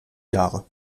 jahre